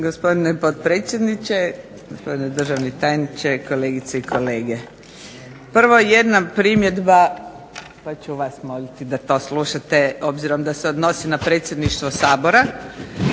Gospodine potpredsjedniče, gospodine državni tajniče, kolegice i kolege. Prvo, jedna primjedba pa ću vas moliti da to slušate obzirom da se odnosi na Predsjedništvo Sabora,